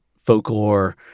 folklore